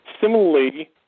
Similarly